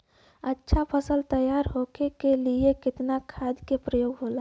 अच्छा फसल तैयार होके के लिए कितना खाद के प्रयोग होला?